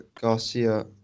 Garcia